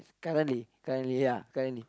currently currently ya currently